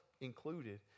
included